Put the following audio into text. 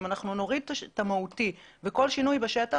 אם נוריד את ה"מהותי וכל שינוי בשטח",